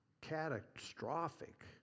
catastrophic